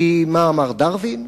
כי מה אמר דרווין?